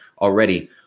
already